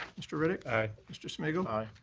mr. riddick. aye. mr. smigiel. aye.